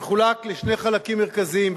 מחולק לשני חלקים מרכזיים,